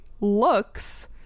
looks